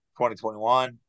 2021